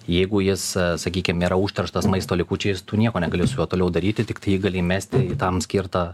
jeigu jis sakykim yra užterštas maisto likučiais tu nieko negali su juo toliau daryti tiktai jį gali įmesti į tam skirtą